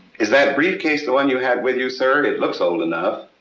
is that briefcase the one you had with you, sir? it looks old enough.